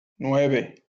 nueve